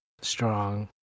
strong